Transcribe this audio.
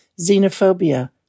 xenophobia